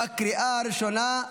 בקריאה הראשונה.